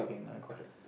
correct